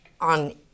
on